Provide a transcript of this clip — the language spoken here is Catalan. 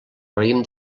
raïm